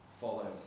follow